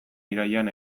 irailean